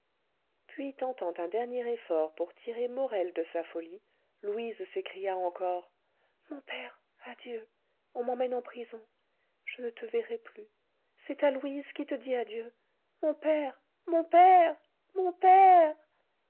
puis tentant un dernier effort pour tirer morel de sa folie louise s'écria encore mon père adieu on m'emmène en prison je ne te verrai plus c'est ta louise qui te dit adieu mon père mon père mon père